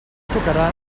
tocarà